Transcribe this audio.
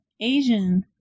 Asian